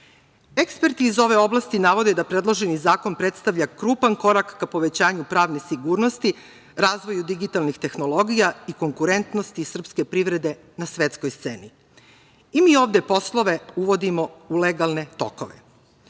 zoni. Eksperti iz ove oblasti navode da predloženi zakon predstavlja krupan korak ka povećanju pravne sigurnosti, razvoju digitalnih tehnologija i konkurentnosti srpske privrede na svetskoj sceni. I mi ovde poslove uvodimo u legalne tokove. Kako